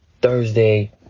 Thursday